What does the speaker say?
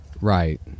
Right